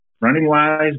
running-wise